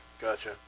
Gotcha